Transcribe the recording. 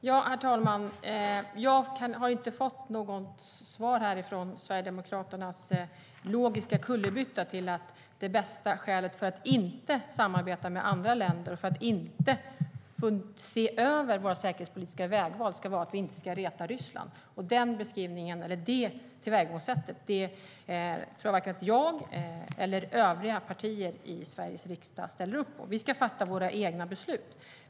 Herr talman! Jag har inte fått något svar på Sverigedemokraternas logiska kullerbytta, att det bästa skälet för att inte samarbeta med andra länder och inte se över våra säkerhetspolitiska vägval är att vi inte ska reta Ryssland. Det tillvägagångssättet ställer varken jag eller, som jag tror, övriga partier i Sveriges riksdag upp på. Vi ska fatta våra egna beslut.